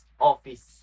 office